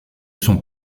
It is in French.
sont